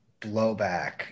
blowback